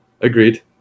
agreed